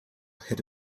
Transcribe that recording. hit